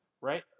right